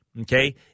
okay